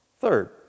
Third